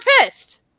pissed